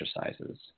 exercises